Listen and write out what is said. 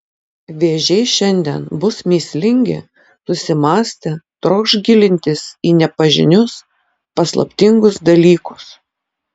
vėžiai šiandien bus mįslingi susimąstę trokš gilintis į nepažinius paslaptingus dalykus